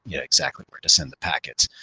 yeah exactly where to send the packets.